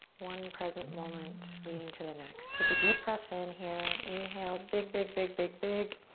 one present moment leading to the next. take a deep breath in here. inhale, big, big, big, big, big.